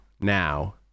now